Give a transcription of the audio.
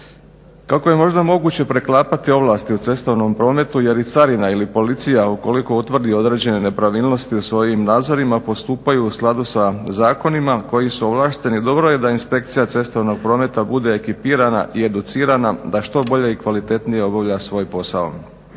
Kako je možda moguće preklapati ovlasti u cestovnom prometu jer i carina ili policija ukoliko utvrdi određene nepravilnosti u svojim nadzorima postupaju u skladu sa zakonima koji su ovlašteni dobro je da inspekcija cestovnog prometa bude ekipirana i educirana da što bolje i kvalitetnije obavlja svoj posao.